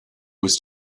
was